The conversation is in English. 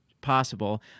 possible